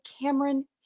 Cameron